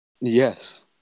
Yes